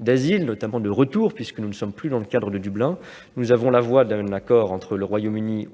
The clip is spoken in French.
d'asile, notamment celle du retour, puisque nous ne sommes plus dans le cadre du règlement de Dublin, nous avons le choix entre la voie d'un accord entre le Royaume-Uni